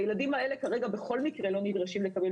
הילדים האלה כרגע בכל מקרה לא נדרשים לקבל